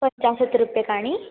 पञ्चाशत् रूप्यकाणि